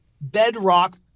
bedrock